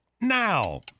now